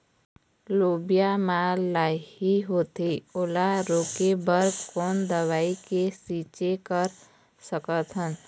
लोबिया मा लाही होथे ओला रोके बर कोन दवई के छीचें कर सकथन?